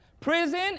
Prison